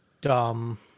dumb